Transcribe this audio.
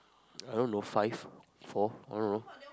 I don't know five four I don't know